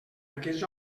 aquests